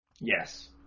Yes